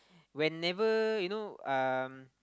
whenever you know um